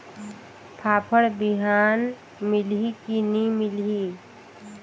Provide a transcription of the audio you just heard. फाफण बिहान मिलही की नी मिलही?